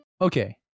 Okay